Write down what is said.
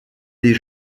des